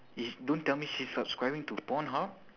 is don't tell me she's subscribing to pornhub